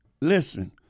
Listen